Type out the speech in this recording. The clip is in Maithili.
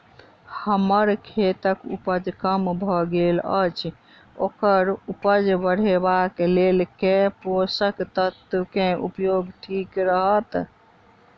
हम्मर खेतक उपज कम भऽ गेल अछि ओकर उपज बढ़ेबाक लेल केँ पोसक तत्व केँ उपयोग ठीक रहत?